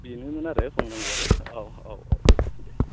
बेनोमोन आरो बुंनांगौवालाय औ औ औ दे